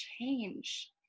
change